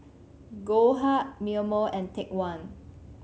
Goldheart Mimeo and Take One